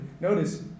Notice